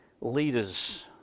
leaders